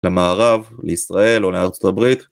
למערב, לישראל או לארצות הברית.